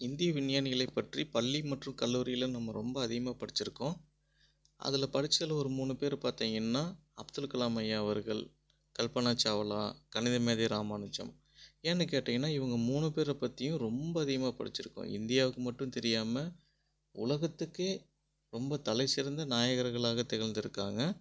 இந்திய விஞ்ஞானிகளை பற்றி பள்ளி மற்றும் கல்லூரியில நம்ம ரொம்ப அதிகமாக படிச்சுருக்கோம் அதில் படிச்சதில் ஒரு மூணு பேர் பார்த்தீங்கன்னா அப்துல்கலாம் ஐயா அவர்கள் கல்பனா சாவ்லா கணிதமேதை ராமானுஜம் ஏன்னு கேட்டீங்கன்னா இவங்க மூணு பேர பற்றியும் ரொம்ப அதிகமாக படிச்சுருக்கோம் இந்தியாவுக்கு மட்டும் தெரியாமல் உலகத்துக்கே ரொம்ப தலைச்சிறந்த நாயகர்களாக திகழ்ந்துருக்காங்க